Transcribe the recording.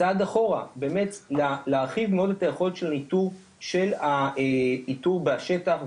צעד אחורה לאמץ ולהרחיב מאוד אות היכולת של הניטור של האיתור בשטח,